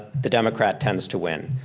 the democrat tends to win.